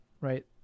Right